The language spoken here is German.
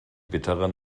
bittere